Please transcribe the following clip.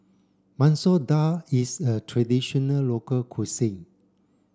Masoor Dal is a traditional local cuisine